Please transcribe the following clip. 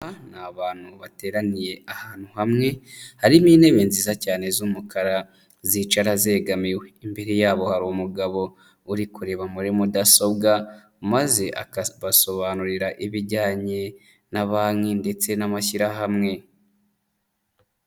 Aba ni abantu bateraniye ahantu hamwe harimo intebe nziza cyane z'umukara zicara zegamiwe imbere yabo hari umugabo uri kureba muri mudasobwa, maze akabasobanurira ibijyanye na banki ndetse n'amashyirahamwe.